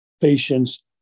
patients